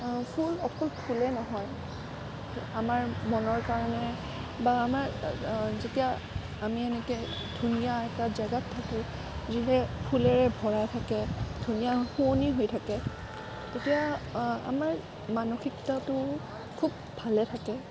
ফুল অকল ফুলেই নহয় আমাৰ মনৰ কাৰণে বা আমাৰ যেতিয়া আমি এনেকৈ ধুনীয়া এটা জেগাত থাকো ফুলেৰে ভৰা থাকে ধুনীয়া শুৱনি হৈ থাকে তেতিয়া আমাৰ মানসিকতাটো খুব ভালে থাকে